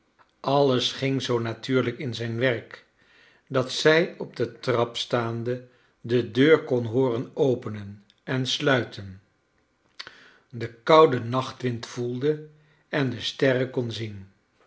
alles ging zoo natuurlijk in zijn werk dat zij op de trap staande de deur kon hooren openen en sluiten den kouden nachtwind voelde en de sterren kon zien